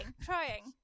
trying